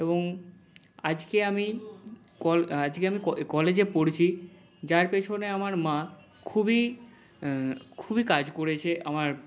এবং আজকে আমি কল আজকে আমি কলেজে পড়ছি যার পেছনে আমার মা খুবই খুবই কাজ করেছে আমার